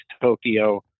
Tokyo